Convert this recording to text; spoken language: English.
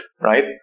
right